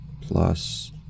Plus